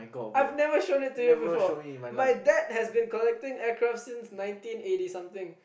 I've never show into you before my dad has been collecting aircraft seen nineteen eighty something